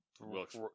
Wilkes